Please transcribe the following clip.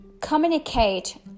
communicate